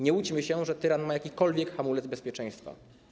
Nie łudźmy się, że tyran ma jakikolwiek hamulec bezpieczeństwa.